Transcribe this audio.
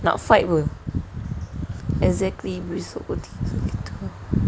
nak fight apa exactly